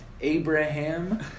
Abraham